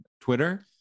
Twitter